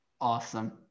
awesome